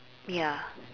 ya